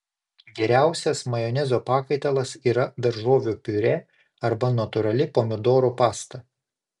geriausias majonezo pakaitalas yra daržovių piurė arba natūrali pomidorų pasta